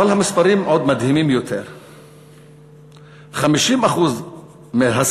אבל המספרים עוד מדהימים יותר: 50% מהשכירים,